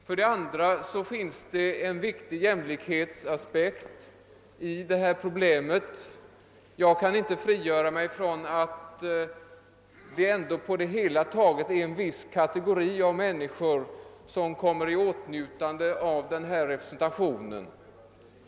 För det andra finns det en viktig jämlikhetsaspekt i det här problemet. Jag kan inte frigöra mig från tanken att det på det hela taget är en viss kategori av människor som kommer i åtnjutande av representationen.